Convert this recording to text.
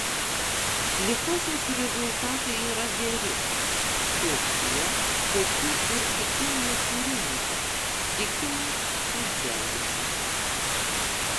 lifosos rezultatai yra geri tokie kokių ir tikėjosi rinka tikina chadzevičius